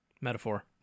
Metaphor